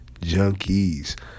junkies